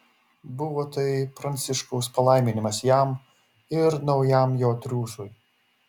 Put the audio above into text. buvo tai pranciškaus palaiminimas jam ir naujam jo triūsui